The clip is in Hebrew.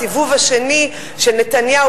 הסיבוב השני של נתניהו,